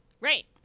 right